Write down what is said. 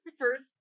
first